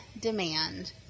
demand